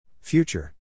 Future